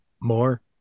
More